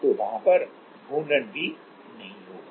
तो वहां पर घूर्णन भी नहीं होगा